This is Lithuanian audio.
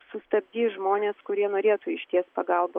sustabdys žmones kurie norėtų ištiest pagalbo